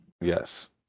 Yes